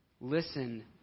Listen